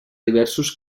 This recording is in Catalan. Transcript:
diversos